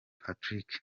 patrick